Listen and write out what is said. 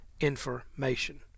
information